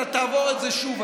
אתה תעבור את זה שוב.